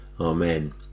amen